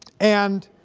and